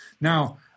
Now